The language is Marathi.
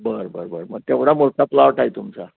बरं बरं बरं मग तेवढा मोठा प्लॉट आहे तुमचा